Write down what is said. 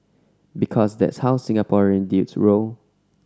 because that's how Singaporean dudes roll